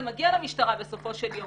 זה מגיע למשטרה בסופו של יום,